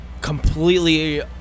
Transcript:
Completely